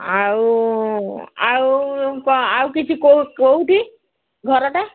ଆଉ ଆଉ ଆଉ କିଛି କେଉଁ କେଉଁଠି ଘରଟା